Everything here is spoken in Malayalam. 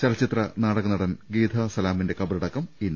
ചലച്ചിത്ര നാടക നടൻ ഗീഥാ സലാമിന്റെ ഖബറടക്കം ഇന്ന്